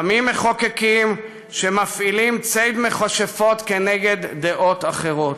קמים מחוקקים שמפעילים ציד מכשפות כנגד דעות אחרות.